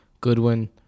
Goodwin